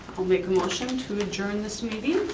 i'll make a motion to adjourn this meeting.